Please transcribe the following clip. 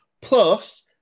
Plus